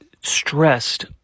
stressed